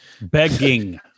Begging